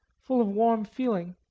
full of warm feeling.